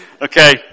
Okay